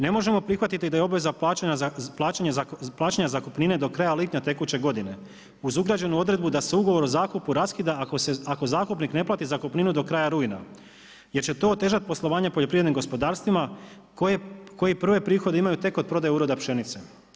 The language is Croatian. Ne možemo prihvatiti da je obaveza plaćanja zakupnine do kraja lipnja tekuće godine uz ugrađenu odredbu da se ugovor o zakupu raskida ako zakupnik ne plati zakupninu do kraja rujna jer će to otežati poslovanje poljoprivrednim gospodarstvima koji prve prihode imaju tek od uroda pšenice.